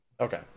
Okay